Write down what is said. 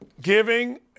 giving